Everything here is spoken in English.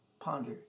Ponder